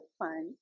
fun